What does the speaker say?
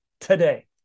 today